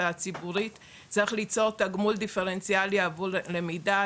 הציבורית צריך ליצור תגמול דיפרנציאלי עבור למידה,